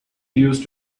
used